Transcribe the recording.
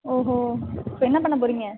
ஓஹோ இப்போ என்ன பண்ண போகிறிங்க